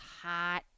hot